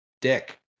dick